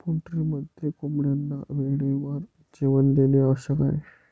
पोल्ट्रीमध्ये कोंबड्यांना वेळेवर जेवण देणे आवश्यक आहे